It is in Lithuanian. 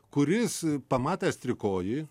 kuris pamatęs trikojį